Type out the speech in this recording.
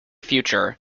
future